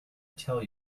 tell